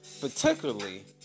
particularly